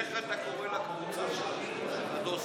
איך אתה קורא לקבוצה שלכם, של הדוסים,